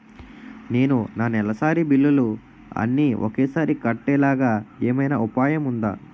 నేను నా నెలసరి బిల్లులు అన్ని ఒకేసారి కట్టేలాగా ఏమైనా ఉపాయం ఉందా?